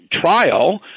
trial